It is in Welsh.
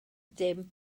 dim